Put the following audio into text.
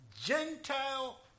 gentile